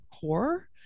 core